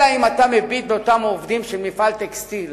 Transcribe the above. אלא אם אתה מביט באותם עובדים של מפעל טקסטיל